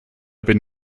bin